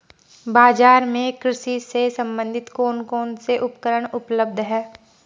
बाजार में कृषि से संबंधित कौन कौन से उपकरण उपलब्ध है?